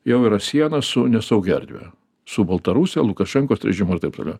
jau yra siena su nesaugia erdve su baltarusija lukašenkos režimu ir taip toliau